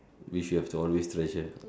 which you'll have to always treasure